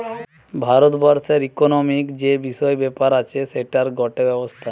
ভারত বর্ষের ইকোনোমিক্ যে বিষয় ব্যাপার আছে সেটার গটে ব্যবস্থা